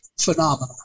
phenomena